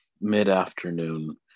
mid-afternoon